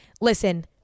Listen